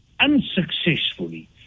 unsuccessfully